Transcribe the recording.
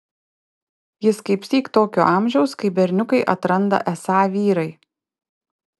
jis kaipsyk tokio amžiaus kai berniukai atranda esą vyrai